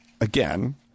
again